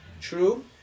True